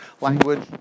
language